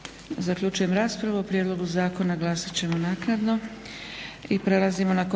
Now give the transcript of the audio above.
Zaključujem raspravu. O prijedlogu zakona glasat ćemo naknadno.